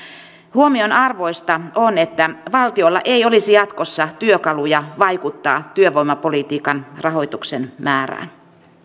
huomionarvoista on että valtiolla ei olisi jatkossa työkaluja vaikuttaa työvoimapolitiikan rahoituksen määrään